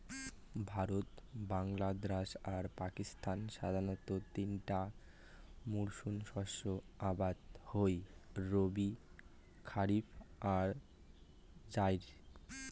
ভারত, বাংলাদ্যাশ আর পাকিস্তানত সাধারণতঃ তিনটা মরসুমত শস্য আবাদ হই রবি, খারিফ আর জাইদ